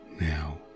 now